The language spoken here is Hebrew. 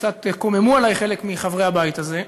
שקצת קוממו עלי חלק מהבית הזה,